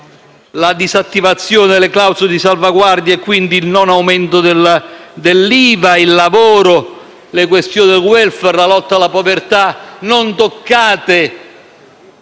alla disattivazione delle clausole di salvaguardia, quindi il non aumento dell'IVA, al lavoro, alle questioni del *welfare*, alla lotta alla povertà. Non toccate